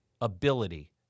ability